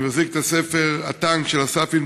אני מחזיק את הספר "הטנק" של אסף ענברי,